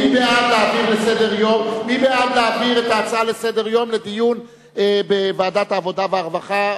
מי בעד להעביר את ההצעה לסדר-היום לדיון בוועדת העבודה והרווחה,